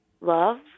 love